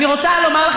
אני רוצה לומר לך